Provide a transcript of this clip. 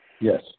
Yes